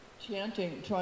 chanting